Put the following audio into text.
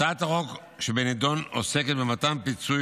הצעת החוק שבנדון עוסקת במתן פיצוי